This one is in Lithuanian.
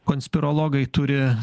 konspirologai turi